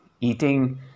eating